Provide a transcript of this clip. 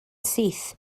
syth